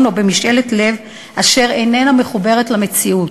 או במשאלת לב אשר איננה מחוברת למציאות.